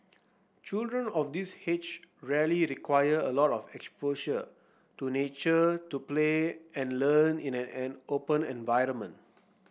children of this age really require a lot of exposure to nature to play and learn in a an open environment